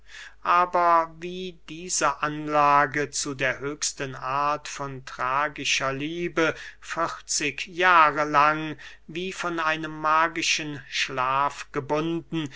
aber wie diese anlage zu der höchsten art von tragischer liebe vierzig jahre lang wie von einem magischen schlaf gebunden